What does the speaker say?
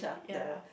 ya